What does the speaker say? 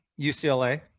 UCLA